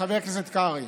חבר הכנסת קרעי,